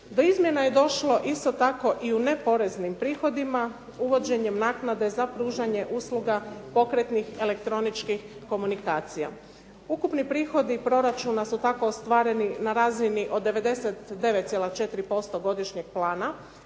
Do izmjena je došlo isto tako i u neporeznim prihodima, uvođenjem naknade za pružanje usluga pokratnih elektroničkih komunikacija. Ukupni prihodi proračuna su tako ostvareni na razini od 99,4% godišnjeg plana